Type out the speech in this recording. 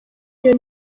iyo